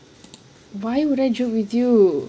why would I joke with you